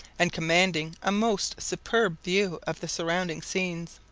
and commanding a most superb view of the surrounding scenes.